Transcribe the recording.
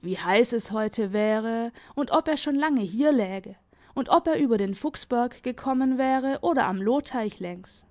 wie heiss es heute wäre und ob er schon lange hier läge und ob er über den fuchsberg gekommen wäre oder am lohteich längs